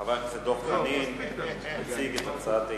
חבר הכנסת דב חנין, יציג את הצעת האי-אמון: